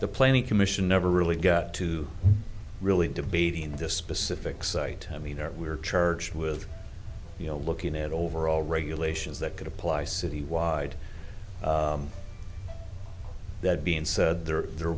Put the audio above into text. the planning commission never really got to really debating this specific site i mean or we were charged with looking at overall regulations that could apply citywide that being said there there